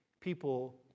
People